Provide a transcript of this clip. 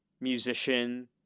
musician